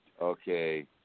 Okay